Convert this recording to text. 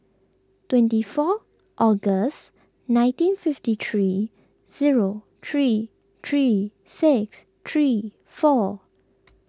twenty four August nineteen fifty three zero three three six three four